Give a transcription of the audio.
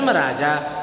raja